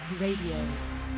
Radio